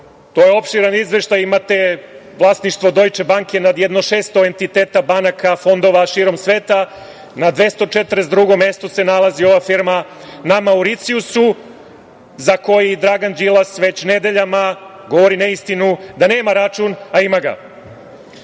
to je opširan izveštaj, imate vlasništvo „Dojče banke“ nad jedno 600 entiteta banaka, fondova širom sveta. Na 242. mestu se nalazi ova firma na Mauricijusu za koji Dragan Đilas već nedeljama govori neistinu, da nema račun, a ima